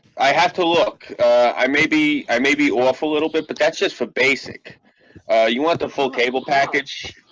i have to look i may be i may be off a little bit, but that's just for basic you want the full cable package?